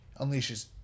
unleashes